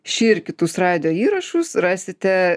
šį ir kitus radijo įrašus rasite